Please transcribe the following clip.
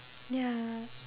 ya